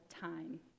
time